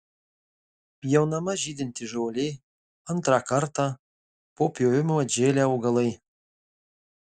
pjaunama žydinti žolė antrą kartą po pjovimo atžėlę augalai